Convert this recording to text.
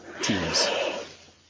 teams